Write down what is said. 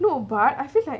no but I feel like